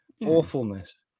awfulness